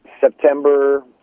September